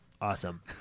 awesome